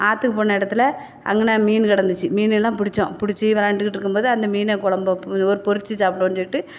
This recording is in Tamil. ஆற்றுக்கு போன இடத்துல அங்கேன மீன் கிடந்துச்சி மீன் எல்லாம் பிடிச்சோம் பிடிச்சி விளாண்டுகிட்டு இருக்கும் போது அந்த ன் மீனை குழம்பா பொறிச்சி சாப்பிடுவோம் சொல்லிட்டு